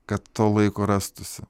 kad to laiko rastųsi